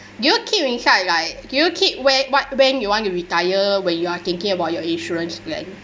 do you keep inside like do you keep where what when you want to retire when you are thinking about your insurance plan